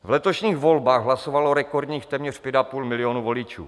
V letošních volbách hlasovalo rekordních téměř pět a půl milionu voličů.